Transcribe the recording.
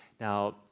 Now